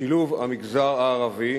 שילוב המגזר הערבי